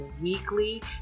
weekly